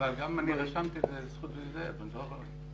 אני ביקשתי זכות דיבור.